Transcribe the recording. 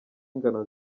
ingano